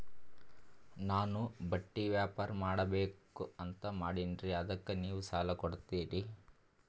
ನಾನು ಬಟ್ಟಿ ವ್ಯಾಪಾರ್ ಮಾಡಬಕು ಅಂತ ಮಾಡಿನ್ರಿ ಅದಕ್ಕ ನೀವು ಸಾಲ ಕೊಡ್ತೀರಿ?